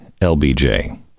lbj